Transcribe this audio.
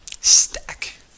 Stack